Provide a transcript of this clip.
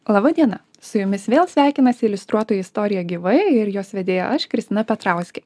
laba diena su jumis vėl sveikinasi iliustruotoji istorija gyvai ir jos vedėja aš kristina petrauskė